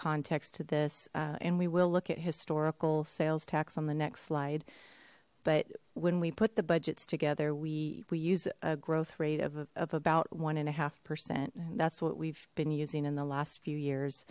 context to this and we will look at historical sales tax on the next slide but when we put the budgets together we we use a growth rate of about one and a half percent and that's what we've been using in the last few years